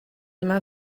yma